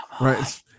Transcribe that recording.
Right